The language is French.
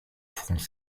fronts